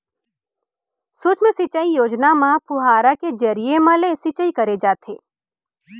सुक्ष्म सिंचई योजना म फुहारा के जरिए म ले सिंचई करे जाथे